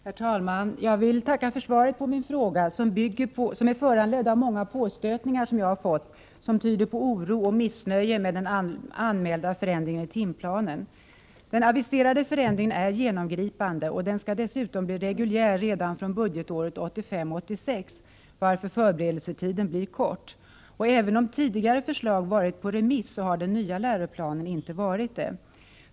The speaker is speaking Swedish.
Herr talman! Jag vill tacka för svaret på min fråga, som är föranledd av de många påstötningar som jag fått och som tyder på oro för och missnöje med den anmälda förändringen i timplanen. Den aviserade förändringen är genomgripande. Den skall dessutom bli reguljär redan från budgetåret 1985/86, varför förberedelsetiden blir kort. Även om tidigare förslag har varit på remiss, har förslaget till den nya läroplanen ej varit det.